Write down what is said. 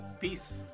Peace